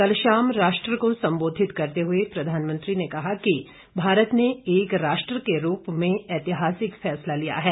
कल शाम राष्ट्र को संबोधित करते हुए प्रधानमंत्री ने कहा कि भारत ने एक राष्ट्र के रूप में ऐतिहासिक फैसला लिया है